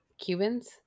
Cubans